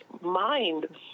mind